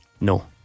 No